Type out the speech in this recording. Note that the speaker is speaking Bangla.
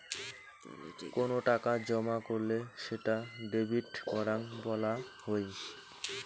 কোনো টাকা জমা করলে সেটা ডেবিট করাং বলা হই